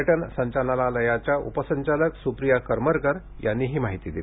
पर्यटन संचालनालयाच्या उपसंचालक स्प्रिया करमरकर यांनी ही माहिती दिली